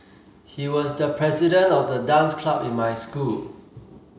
he was the president of the dance club in my school